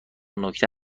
نکته